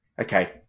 Okay